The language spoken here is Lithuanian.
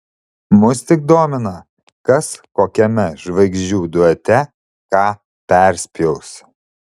mus tik domina kas kokiame žvaigždžių duete ką perspjaus